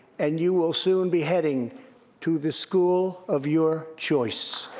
and you will soon be heading to the school of your choice.